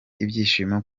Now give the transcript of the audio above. ibyishimo